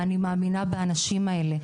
ואני מאמינה באנשים האלה,